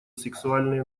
сексуальное